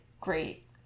great